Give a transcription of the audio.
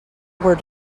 were